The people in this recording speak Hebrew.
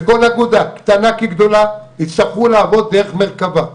וכל אגודה, קטנה כגדולה, יצטרכו לעבוד דרך מרכבה.